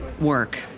work